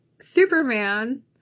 Superman